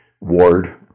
ward